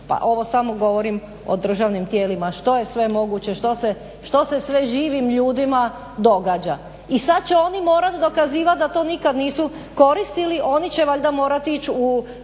pa ovo smo govorim o državnim tijelima što je sve moguće, što se sve živim ljudima događa. I sad će oni morat dokazivat da to nikad nisu koristili, oni će valjda morat ić u